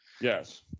Yes